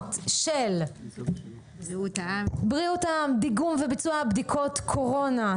התקנות של בריאות העם (דיגום וביצוע בדיקות קורונה),